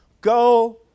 go